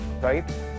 right